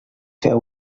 feu